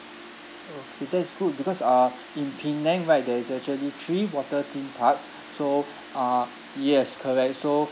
okay that is good because uh in penang right there is actually three water theme parks so uh yes correct so